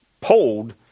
Pulled